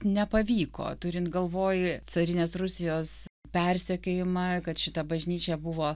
nepavyko turint galvoj carinės rusijos persekiojimą kad šita bažnyčia buvo